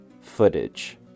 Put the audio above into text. Footage